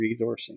resourcing